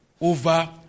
over